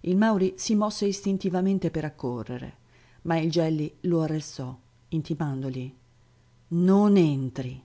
il mauri si mosse istintivamente per accorrere ma il gelli lo arrestò intimandogli non entri